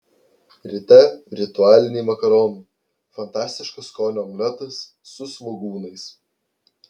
ryte ritualiniai makaronai fantastiško skonio omletas su svogūnais